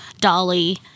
Dolly